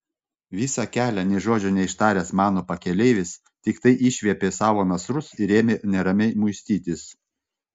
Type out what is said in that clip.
visą kelią nė žodžio neištaręs mano pakeleivis tiktai išviepė savo nasrus ir ėmė neramiai muistytis